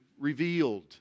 revealed